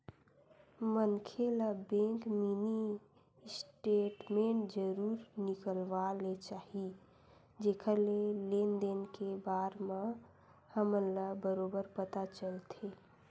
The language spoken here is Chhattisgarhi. मनखे ल बेंक मिनी स्टेटमेंट जरूर निकलवा ले चाही जेखर ले लेन देन के बार म हमन ल बरोबर पता चलथे